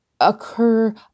occur